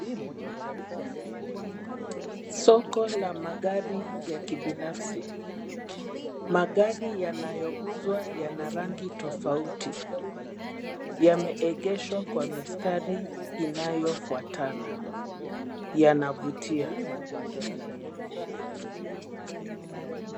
Soko la magari ya kibinafsi . Magari yanauzwa yana rangi tofauti. Yameegeshwa kwa mistari inayofuatana. Yanavutia.